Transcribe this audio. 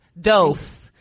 Dose